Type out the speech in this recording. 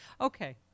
Okay